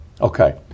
Okay